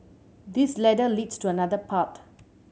this ladder leads to another path